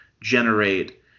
generate